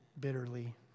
bitterly